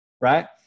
right